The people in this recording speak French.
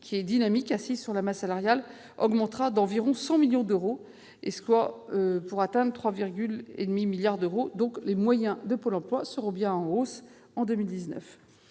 qui est dynamique, assise sur la masse salariale, augmentera d'environ 100 millions d'euros pour atteindre 3,5 milliards d'euros. Les moyens de Pôle emploi seront donc bien en hausse en 2019.